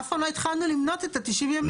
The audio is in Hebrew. אף פעם לא התחלנו למנות את ה-90 ימים.